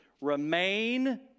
Remain